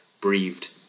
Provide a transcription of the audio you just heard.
breathed